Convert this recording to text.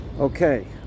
okay